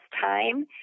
time